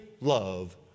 love